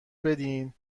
بدین